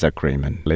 Agreement